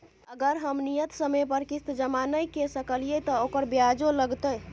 अगर हम नियत समय पर किस्त जमा नय के सकलिए त ओकर ब्याजो लगतै?